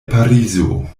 parizo